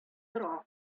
тора